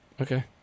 okay